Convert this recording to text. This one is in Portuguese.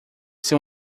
ser